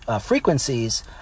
frequencies